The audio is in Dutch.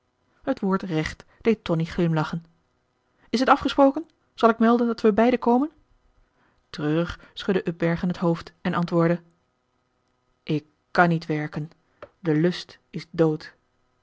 het woord recht deed tonie glimlachen is het afgesproken zal ik melden dat wij beiden komen treurig schudde upbergen het hoofd en antwoordde ik kan niet werken de lust is dood